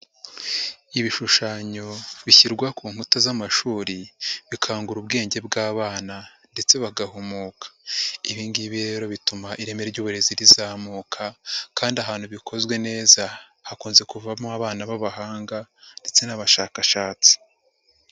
Ibishushanyo bishyirwa ku nkuta z'amashuri bikangura ubwenge bw'abana ndetse bagahumuka. Ibi ngibi rero bituma ireme ry'uburezi rizamuka kandi ahantu bikozwe neza hakunze kuvamo abana b'abahanga ndetse n'abashakashatsi.